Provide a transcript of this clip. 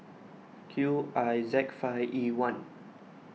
Q I Z five E one